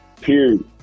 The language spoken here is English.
Period